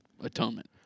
atonement